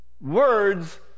words